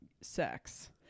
sex